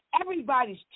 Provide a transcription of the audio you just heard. everybody's